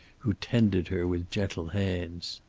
who tended her with gentle hands.